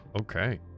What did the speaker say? Okay